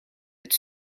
het